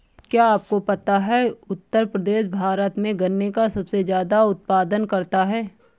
क्या आपको पता है उत्तर प्रदेश भारत में गन्ने का सबसे ज़्यादा उत्पादन करता है?